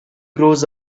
grows